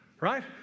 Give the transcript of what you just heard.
right